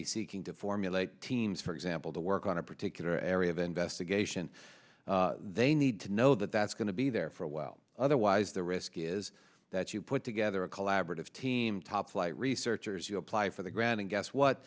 be seeking to formulate teams for example to work on a particular area of investigation they need to know that that's going to be there for a while otherwise the risk is that you put together a collaborative team top flight researchers you apply for the grant and guess what